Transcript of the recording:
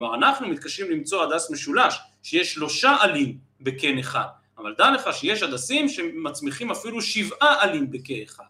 אנחנו מתקשים למצוא הדס משולש, שיש שלושה עלים בקן אחד, אבל דע לך שיש הדסים שמצמיחים אפילו שבעה עלים בקן אחד